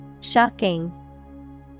Shocking